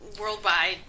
worldwide